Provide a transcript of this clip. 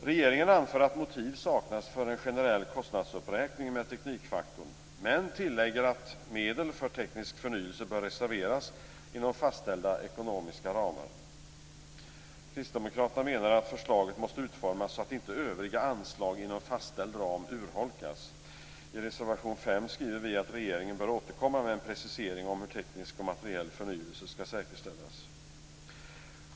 Regeringen anför att motiv saknas för en generell kostnadsuppräkning med teknikfaktorn men tillägger att medel för teknisk förnyelse bör reserveras inom fastställda ekonomiska ramar. Kristdemokraterna menar att förslaget måste utformas så att inte övriga anslag inom fastställd ram urholkas. I reservation 5 skriver vi att regeringen bör återkomma med en precisering om hur teknisk och materiell förnyelse skall säkerställas.